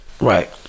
Right